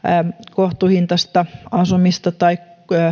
kohtuuhintaista asumista tai